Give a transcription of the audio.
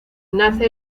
nace